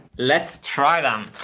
let's try them!